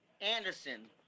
Anderson